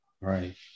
right